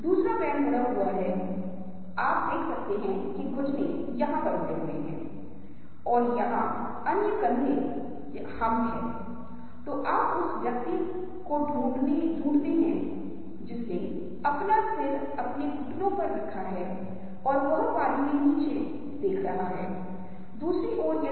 मुख्य रूप से रंगों के उपयोग और हेरफेर के माध्यम से दूसरी ओर इसके बारे में एक निश्चित प्रकाश है इसके बारे में आकर्षण की एक निश्चित डिग्री है लेकिन आप देखते हैं कि यदि आप लाइनों बिंदीदार रेखाओं को देख रहे हैं तो वे कुछ हद तक चीजों की चिकनाई को परेशान करते हैं